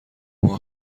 ماه